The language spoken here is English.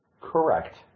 Correct